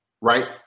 right